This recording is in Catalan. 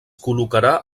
col·locarà